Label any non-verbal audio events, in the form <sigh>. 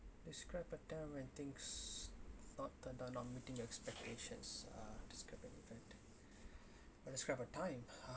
describe a time when things not turned out not meeting your expectations uh describe a time <breath> describe a time